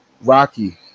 Rocky